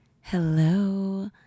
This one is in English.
Hello